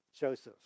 Joseph